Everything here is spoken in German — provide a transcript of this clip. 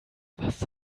was